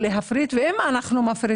האם אתה מבין מה מעיק עלינו בכל העניין הזה?